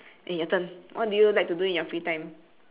eh your turn what do you like to do in your free time